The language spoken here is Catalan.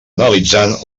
analitzant